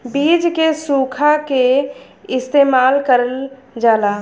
बीज के सुखा के इस्तेमाल करल जाला